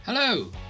Hello